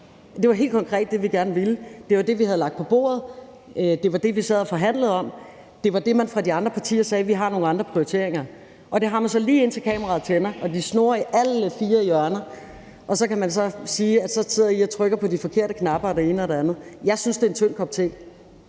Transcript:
Det var helt konkret det, vi gerne ville. Det var det, vi havde lagt på bordet, det var det, vi sad og forhandlede om, og det var der, hvor man fra de andre partiers side af sagde, at man havde nogle andre prioriteringer. Det har man så, lige indtil kameraet tænder og det snurrer i alle fire hjørner. Så kan man så sige, at vi sidder og trykker på de forkerte knapper, og det ene og det andet. Jeg synes, det er en tynd kop te.